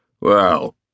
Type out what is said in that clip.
Well